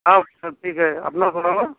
हाँ सब ठीक है अपना सुनाओ